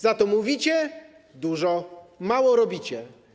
Za to mówicie dużo, mało robicie.